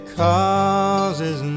causes